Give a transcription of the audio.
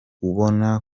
ubona